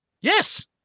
Yes